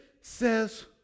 says